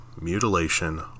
mutilation